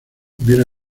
hubiera